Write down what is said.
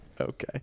okay